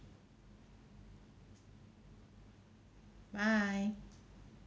bye